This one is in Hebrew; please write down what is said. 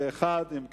41. אם כך,